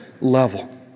level